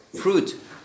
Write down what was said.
fruit